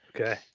okay